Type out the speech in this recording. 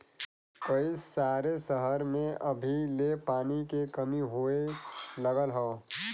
कई सारे सहर में अभी ले पानी के कमी होए लगल हौ